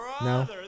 No